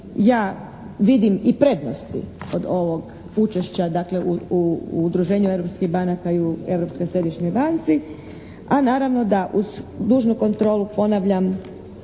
ja vidim i prednosti kod ovog učešća, dakle, u udruženju europskih banaka i u Europskoj središnjoj banci. A naravno da uz dužnu kontrolu, ponavljam,